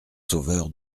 sauveur